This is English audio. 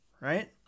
right